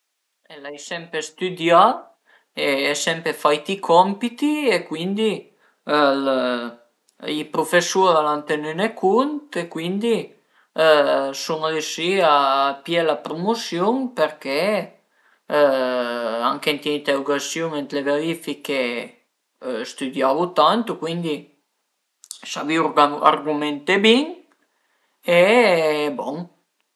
L'ai sempre stüdià e sempre fait i compiti e cuindi i prufesur al an tenine cunt e cuindi sun riüsì a pìé la prumusiun perché anche ën le interugasiun e ën le verifiche stüdiavu tantu, cuindi savìu argumenté bin e bon